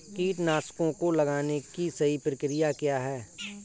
कीटनाशकों को लगाने की सही प्रक्रिया क्या है?